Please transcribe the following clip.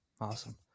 awesome